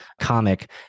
comic